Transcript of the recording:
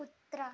कुत्रा